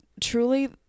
truly